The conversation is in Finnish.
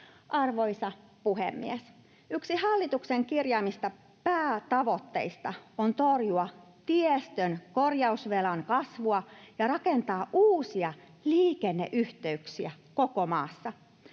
Arvoisa puhemies! Yksi hallituksen kirjaamista päätavoitteista on torjua tiestön korjausvelan kasvua ja rakentaa uusia liikenneyhteyksiä koko maassa.